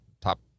top